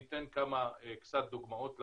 אני אתן קצת דוגמאות למספרים.